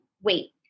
wait